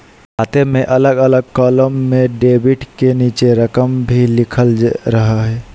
खाते में अलग अलग कालम में डेबिट के नीचे रकम भी लिखल रहा हइ